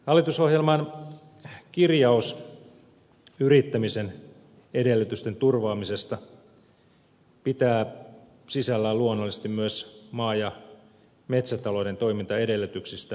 hallitusohjelman kirjaus yrittämisen edellytysten turvaamisesta pitää sisällään luonnollisesti myös maa ja metsätalouden toimintaedellytyksistä huolehtimisen